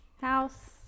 House